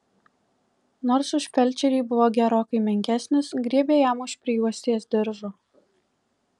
nors už felčerį buvo gerokai menkesnis griebė jam už prijuostės diržo